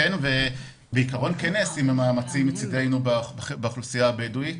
בעיקרון כן נעשים מאמצים מצדנו באוכלוסייה הבדואית.